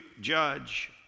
judge